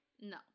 No